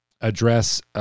address